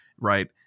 Right